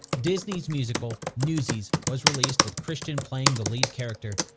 disney's musical newsies was released with christian playing the lead character.